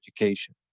education